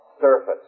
surface